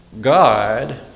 God